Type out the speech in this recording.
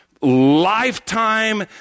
lifetime